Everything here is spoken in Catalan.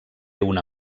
una